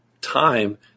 time